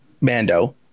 Mando